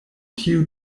tiu